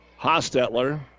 Hostetler